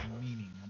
meaning